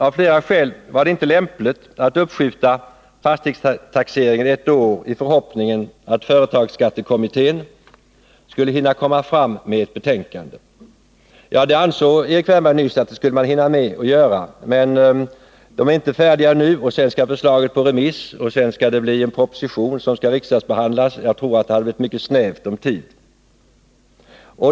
Av flera skäl var det inte lämpligt att uppskjuta fastighetstaxeringen ett år i förhoppningen att företagsskattekommittén skulle hinna lägga fram ett betänkande. Erik Wärnberg ansåg att den skulle hinna göra det. Ännu är den emellertid inte färdig, och när den väl är det skall förslaget ut på remiss och en proposition skall utarbetas och riksdagsbehandlas. Jag tror att tiden hade blivit mycket knapp.